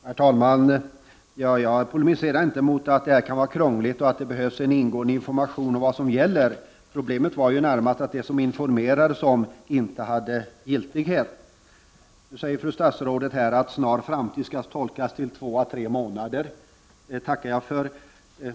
Herr talman! Jag polemiserar inte emot att detta kan vara krångligt och att det behövs en ingående information om vad som gäller. Problemet var ju närmast att det som man informerade om inte hade giltighet. Nu säger fru statsrådet att ”snar framtid” skall tolkas som två å tre månader. Det tackar jag för.